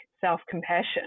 self-compassion